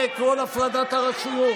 זה כל הפרדת הרשויות.